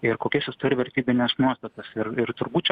ir kokias jis turi vertybines nuostatas ir turbūt čia